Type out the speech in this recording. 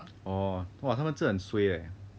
orh 哇他们真的很 suay eh